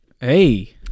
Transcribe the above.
Hey